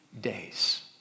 days